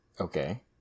Okay